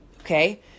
okay